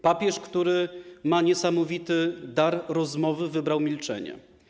Papież, który ma niesamowity dar rozmowy, wybrał milczenie.